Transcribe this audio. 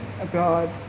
abroad